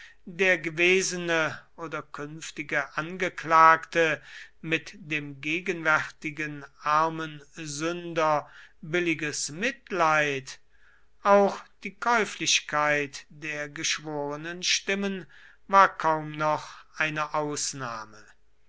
der gewesene oder künftige angeklagte mit dem gegenwärtigen armen sünder billiges mitleid auch die käuflichkeit der geschworenenstimmen war kaum noch eine ausnahme